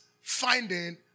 finding